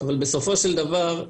אבל בסופו של דבר,